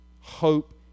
Hope